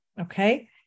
okay